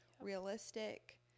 realistic